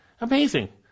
Amazing